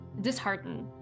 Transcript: disheartened